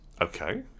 Okay